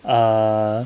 err